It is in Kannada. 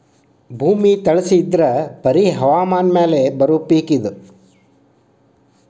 ಭೂಮಿ ತಳಸಿ ಇದ್ರ ಬರಿ ಹವಾಮಾನ ಮ್ಯಾಲ ಬರು ಪಿಕ್ ಇದ